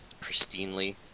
pristinely